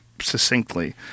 succinctly